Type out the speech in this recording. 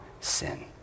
sin